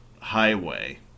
highway